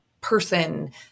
person